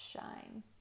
shine